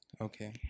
Okay